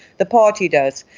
the party does.